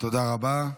תודה רבה.